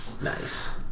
Nice